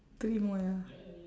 three more ya